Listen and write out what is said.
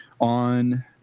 on